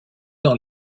dans